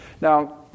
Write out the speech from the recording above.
Now